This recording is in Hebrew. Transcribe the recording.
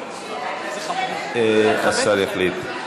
השר יחליט.